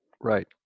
right